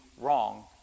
wrong